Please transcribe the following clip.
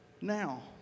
now